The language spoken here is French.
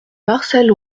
marcel